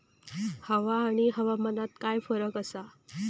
हवा आणि हवामानात काय फरक असा?